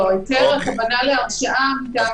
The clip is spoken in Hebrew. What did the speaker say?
היתר הכוונה להרשאה מטעם העירייה.